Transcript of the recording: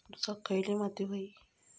ऊसाक खयली माती व्हयी?